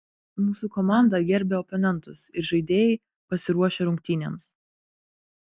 mūsų komanda gerbia oponentus ir žaidėjai pasiruošę rungtynėms